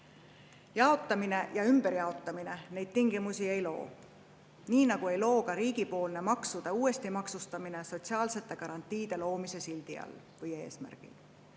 Jaotamine ja ümberjaotamine neid tingimusi ei loo. Nii nagu ei loo ka riigipoolne maksude uuesti maksustamine sotsiaalsete garantiide loomise sildi all või eesmärgil.